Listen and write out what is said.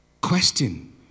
Question